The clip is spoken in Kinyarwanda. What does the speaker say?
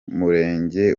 murenge